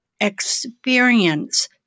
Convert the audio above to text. experience